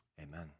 Amen